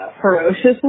ferociously